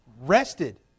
rested